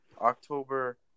October